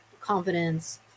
confidence